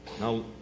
Now